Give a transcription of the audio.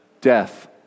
Death